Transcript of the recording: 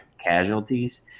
casualties